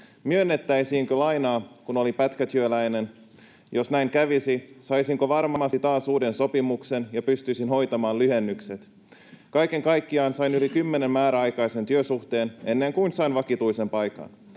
Myönnettäisiinkö lainaa, kun olin pätkätyöläinen? Jos näin kävisi, saisinko varmasti taas uuden sopimuksen ja pystyisin hoitamaan lyhennykset? Kaiken kaikkiaan oli yli kymmenen määräaikaista työsuhdetta, ennen kuin sain vakituisen paikan.